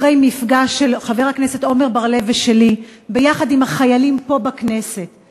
אחרי המפגש של חבר הכנסת עמר בר-לב ושלי עם החיילים פה בכנסת,